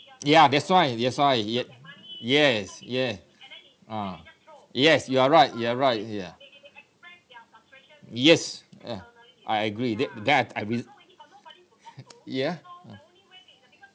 ya that's why that's why yeah yes yeah uh yes you are right you are right ya yes yeah I agree that that I re~ ya uh